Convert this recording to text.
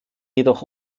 jedoch